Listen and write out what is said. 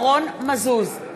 (קוראת בשמות חברי הכנסת) ירון מזוז,